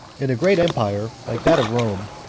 in a great empire like that of rome,